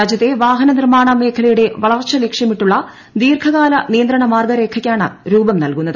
രാജ്യത്തെ വാഹന നിർമ്മാണ മേഖലയുടെ വളർച്ച ലീക്ഷ്യമിട്ടുള്ള ദീർഘകാല നിയന്ത്രണ മാർഗ്ഗരേഖയ്ക്കാണ് രൂപം പ്രിൽകുന്നത്